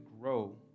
grow